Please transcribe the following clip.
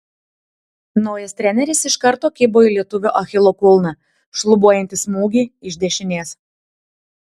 naujas treneris iš karto kibo į lietuvio achilo kulną šlubuojantį smūgį iš dešinės